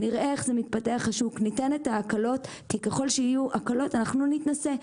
נראה איך השוק מתפתח וניתן את ההקלות כי ככול שיהיו הקלות אנחנו נתנסה.